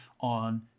on